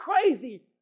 crazy